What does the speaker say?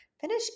finish